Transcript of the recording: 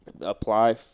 apply